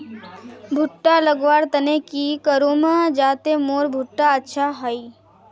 भुट्टा लगवार तने की करूम जाते मोर भुट्टा अच्छा हाई?